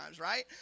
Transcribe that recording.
right